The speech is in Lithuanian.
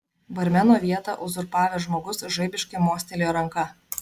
barmeno vietą uzurpavęs žmogus žaibiškai mostelėjo ranka